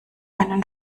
einen